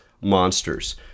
Monsters